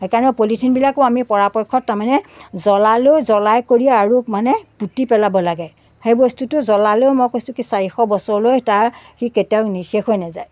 সেই কাৰণে পলিথিনবিলাকো আমি পৰাপক্ষত তাৰ মানে জ্বলালেও জ্বলাই কৰি আৰু মানে পুঁতি পেলাব লাগে সেই বস্তুটো জ্বলালেও মই কৈছোঁ কি চাৰিশ বছৰলৈ তাৰ সি কেতিয়াও নি শেষ হৈ নাযায়